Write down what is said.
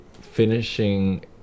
finishing